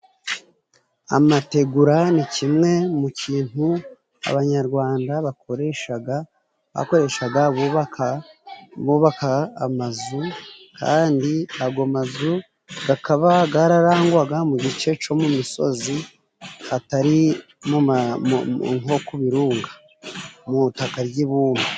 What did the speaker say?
Amategura ni kimwe mu kintu abanyarwanda bakoreshaga bubaka, bubaka amazu kandi ago mazu kakaba gararangwaga mu gice cyo mu misozi, hatari nko ku birunga, mu itaka ry'ibumba.